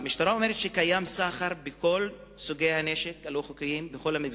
המשטרה אומרת שקיים סחר בכל סוגי הנשק הלא-חוקיים בכל המגזרים,